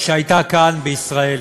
שהייתה כאן בישראל.